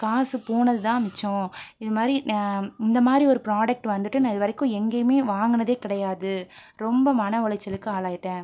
காசு போனது தான் மிச்சம் இதுமாதிரி இந்தமாதிரி ஒரு ப்ராடக்ட் வந்துட்டு நான் இது வரைக்கும் எங்கேயுமே வாங்கினதே கிடையாது ரொம்ப மன உளைச்சலுக்கு ஆளாகிட்டேன்